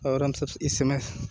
और हम सब इस समय